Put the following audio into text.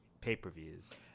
pay-per-views